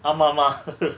ஆமா மா:aama ma